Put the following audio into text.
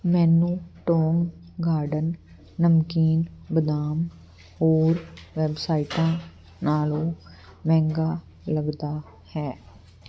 ਮੈਨੂੰ Tong Garden ਨਮਕੀਨ ਬਦਾਮ ਹੋਰ ਵੈੱਬਸਾਈਟਾਂ ਨਾਲੋਂ ਮਹਿੰਗਾ ਲੱਗਦਾ ਹੈ